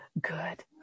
good